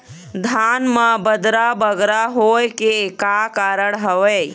धान म बदरा बगरा होय के का कारण का हवए?